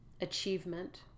achievement